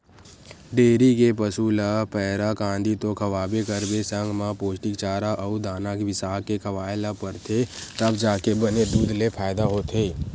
dairy के पसू ल पैरा, कांदी तो खवाबे करबे संग म पोस्टिक चारा अउ दाना बिसाके खवाए ल परथे तब जाके बने दूद ले फायदा होथे